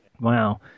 Wow